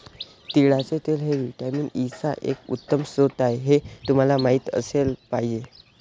तिळाचे तेल हे व्हिटॅमिन ई चा एक उत्तम स्रोत आहे हे तुम्हाला माहित असले पाहिजे